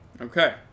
Okay